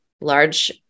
large